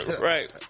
Right